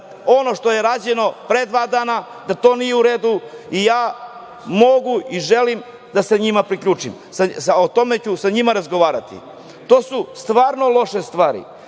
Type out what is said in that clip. ono što je rađeno pre dva dana da nije u redu i ja mogu i želim da se njima priključim. O tome ću sa njima razgovarati. To su stvarno loše stvari